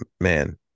Man